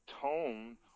tone